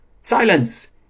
Silence